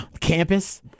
Campus